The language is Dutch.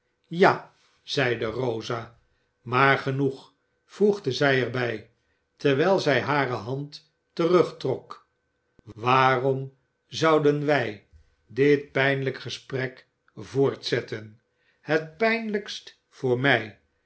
ja zeide rosa maar genoeg voegde zij er bij terwijl zij hare hand terugtrok waarom zouden wij dit pijnlijk gesprek voortzetten het pijnlijkst voor mij